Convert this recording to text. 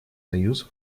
союз